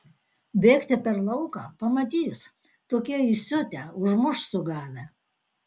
bėgti per lauką pamatys tokie įsiutę užmuš sugavę